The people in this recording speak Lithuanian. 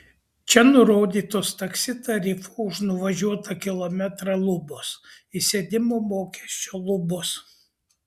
čia nurodytos taksi tarifo už nuvažiuotą kilometrą lubos įsėdimo mokesčio lubos